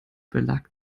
belag